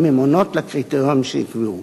אם הן עונות על הקריטריונים שנקבעו.